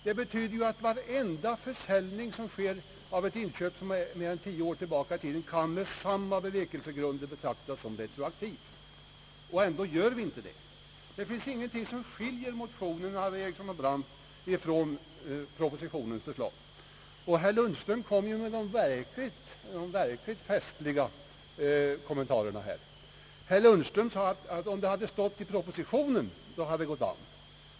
Det betyder att varenda försäljning av en fastighet som inköptes för mer än tio år sedan med samma bevekelsegrunder kan beskattas retroaktivt. ändå föreslår vi inte det. Det finns ingenting som skiljer motionen av herrar Eriksson och Brandt från propositionens förslag. Herr Lundström gör de verkligt festliga kommentarerna. Han sade att om det hade stått i propositionen, så hade det gått an.